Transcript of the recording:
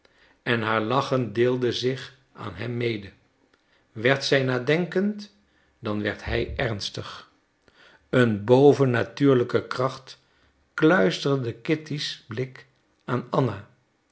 en haar lachen deelde zich aan hem mede werd zij nadenkend dan werd hij ernstig een bovennatuurlijke kracht kluisterde kitty's blik aan anna